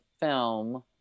film